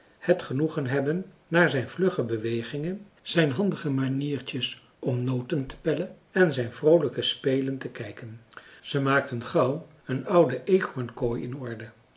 het genoegen hebben naar zijn vlugge bewegingen zijn handige maniertjes om noten te pellen en zijn vroolijke spelen te kijken ze maakten gauw een oude eekhoorn kooi in orde